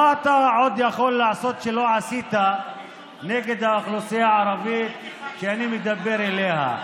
מה אתה עוד יכול לעשות שלא עשית נגד האוכלוסייה הערבית שאני מדבר עליה?